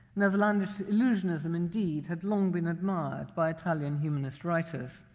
netherlandish illusionism, indeed, had long been admired by italian humanist writers.